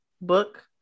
book